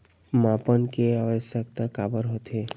मापन के आवश्कता काबर होथे?